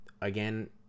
again